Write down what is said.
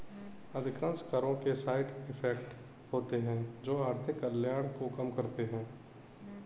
अधिकांश करों के साइड इफेक्ट होते हैं जो आर्थिक कल्याण को कम करते हैं